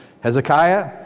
Hezekiah